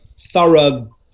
thorough